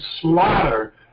slaughter